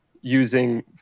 using